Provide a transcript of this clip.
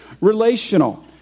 relational